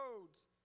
roads